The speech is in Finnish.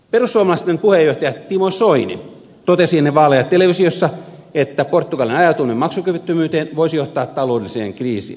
perussuomalaisten puheenjohtaja timo soini totesi ennen vaaleja televisiossa että portugalin ajautuminen maksukyvyttömyyteen voisi johtaa taloudelliseen kriisiin